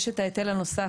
יש את ההיטל הנוסף,